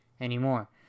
anymore